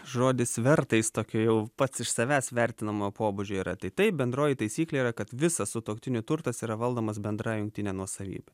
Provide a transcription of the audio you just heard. žodis verta jis tokio jau pats iš savęs vertinamo pobūdžio yra tai taip bendroji taisyklė yra kad visas sutuoktinių turtas yra valdomas bendra jungtine nuosavybe